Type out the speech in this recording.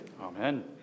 Amen